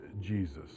Jesus